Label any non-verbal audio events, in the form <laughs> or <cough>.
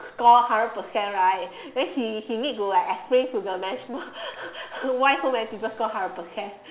score hundred percent right then he he need to explain to the management <laughs> why so many people score hundred percent